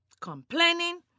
complaining